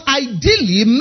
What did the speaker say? ideally